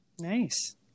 Nice